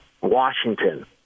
Washington